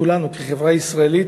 כחברה ישראלית,